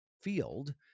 field